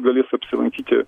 galės apsilankyti